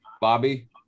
Bobby